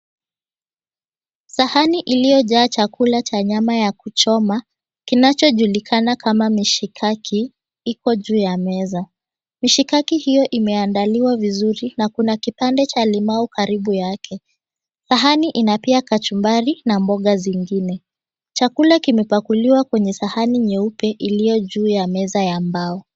Sahani iliyojaa chakula cha nyama ya kuchoma kinachojulikana kama mishikaki iko juu ya meza. Mishikaki hiyo imeandaliwa vizuri na kuna kipande cha limau karibu yake, sahani ina pia kachumbari na mboga zingine, chakula kimepakuliwa kwenye sahani nyeupe iliyo juu ya meza ya mbao.